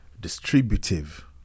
distributive